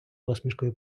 посмішкою